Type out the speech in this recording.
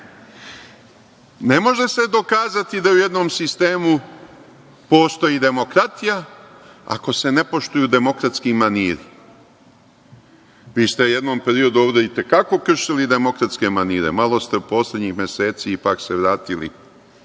Ne može se dokazati da u jednom sistemu postoji demokratija ako se ne poštuju demokratski maniri. Vi ste u jednom periodu ovde i te kako kršili demokratske manire. Malo ste se poslednjih meseci ipak vratili